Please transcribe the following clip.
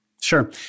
Sure